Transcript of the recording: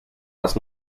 las